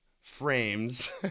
frames